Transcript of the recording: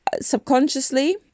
subconsciously